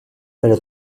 però